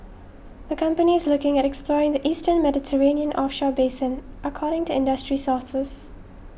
the company is looking at exploring the eastern Mediterranean offshore basin according to industry sources